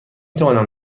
توانم